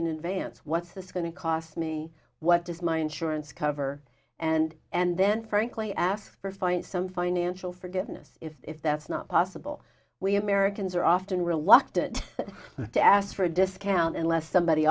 in advance what's this going to cost me what does my insurance cover and and then frankly ask for find some financial forgiveness if that's not possible we americans are often reluctant to ask for a discount unless somebody